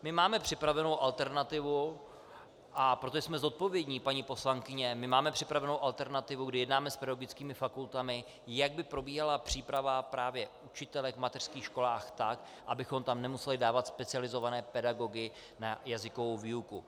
My máme připravenou alternativu, a protože jsme zodpovědní, paní poslankyně, my máme připravenou alternativu, kdy jednáme s pedagogickými fakultami, jak by probíhala příprava právě učitelek v mateřských školách tak, abychom tam nemuseli dávat specializované pedagogy na jazykovou výuku.